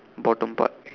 bottom part